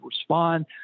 respond